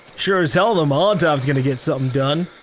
sure as hell the molotov's going to get something done.